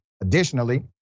Additionally